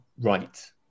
right